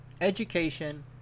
education